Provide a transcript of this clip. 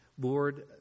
Lord